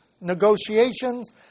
negotiations